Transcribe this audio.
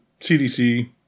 CDC